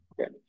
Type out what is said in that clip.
Okay